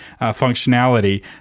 functionality